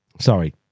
Sorry